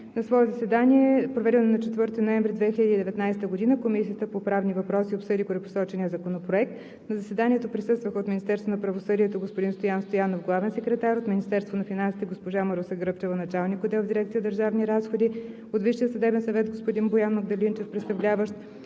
На свое заседание, проведено на 4 ноември 2020 г., Комисията по правни въпроси обсъди горепосочения законопроект. На заседанието присъстваха: oт Министерството на правосъдието: господин Стоян Стоянов – главен секретар; oт Министерството на финансите: госпожа Маруся Гръбчева – началник-отдел в дирекция „Държавни разходи“; oт Висшия съдебен съвет: господин Боян Магдалинчев – представляващ,